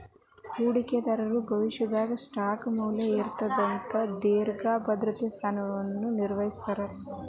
ಹೂಡಿಕೆದಾರರು ಭವಿಷ್ಯದಾಗ ಸ್ಟಾಕ್ ಮೌಲ್ಯ ಏರತ್ತ ಅಂತ ದೇರ್ಘ ಭದ್ರತಾ ಸ್ಥಾನಗಳನ್ನ ನಿರ್ವಹಿಸ್ತರ